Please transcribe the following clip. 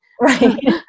Right